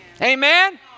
Amen